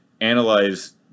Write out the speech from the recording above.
analyze